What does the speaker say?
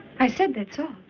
i said that's all.